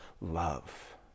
love